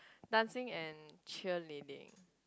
dancing and cheerleading